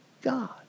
God